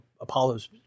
Apollo's